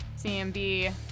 CMB